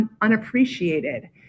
Unappreciated